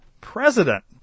President